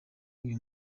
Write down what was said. uyu